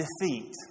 defeat